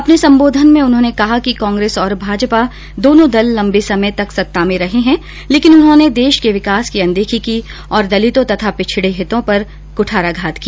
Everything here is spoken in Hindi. अपने संबोधन में उन्होर्न कहा कि कांग्रेस और भाजपा दोनो दल लंबे समय तक सत्ता में रहे हैं लेकिन उन्होने देश के विकास की अनदेखी की और दलितों तथा पिछड़ों हितों पर कुठाराघात किया